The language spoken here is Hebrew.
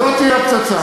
זאת תהיה הפצצה.